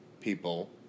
people